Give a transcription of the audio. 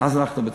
אז אנחנו בצרות.